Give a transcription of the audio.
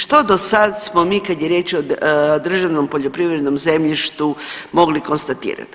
Što do sad smo mi kad je riječ o državnom poljoprivrednom zemljištu mogli konstatirat?